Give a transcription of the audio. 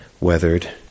weathered